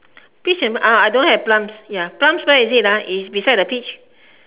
peach and don't have plums plums where is it beside the peach